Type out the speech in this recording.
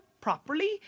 properly